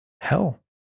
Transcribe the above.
hell